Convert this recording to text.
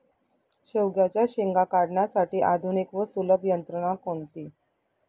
शेवग्याच्या शेंगा काढण्यासाठी आधुनिक व सुलभ यंत्रणा कोणती?